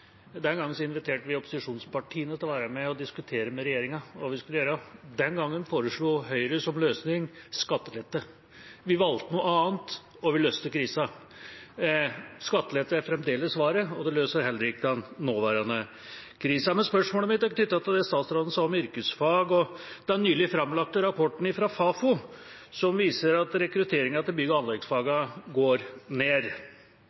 gangen foreslo Høyre skattelette som løsning. Vi valgte noe annet, og vi løste krisa. Skattelette er fremdeles svaret, og det løser heller ikke den nåværende krisa. Men spørsmålet mitt er knyttet til det statsråden sa om yrkesfag og den nylig framlagte rapporten fra Fafo, som viser at rekrutteringen til bygg- og anleggsfagene går ned.